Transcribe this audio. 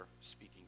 speaking